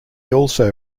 also